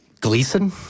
Gleason